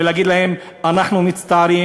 ולהגיד להם: אנחנו מצטערים.